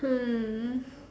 hmm